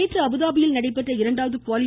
நேற்று அபுதாபியில் நடைபெற்ற இராண்டாவது குவாலி